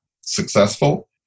successful